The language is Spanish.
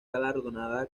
galardonada